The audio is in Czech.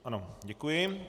Ano, děkuji.